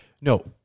no